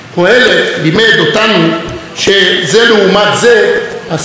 זה לעומת זה עשה הקדוש ברוך הוא.